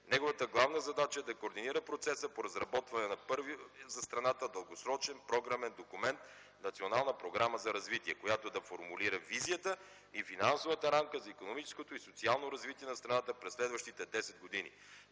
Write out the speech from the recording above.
Неговата главна задача е да координира процеса по разработване на първия за страната дългосрочен програмен документ „Национална програма за развитие”, която да формулира визията и финансовата рамка за икономическото и социално развитие на страната през следващите десет години.